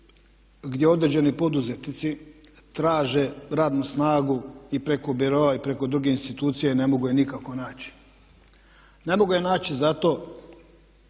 gdje određeni poduzetnici traže radnu snagu i preko Biroa i preko drugih institucija i ne mogu je nikako naći. Ne mogu je naći zato